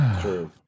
True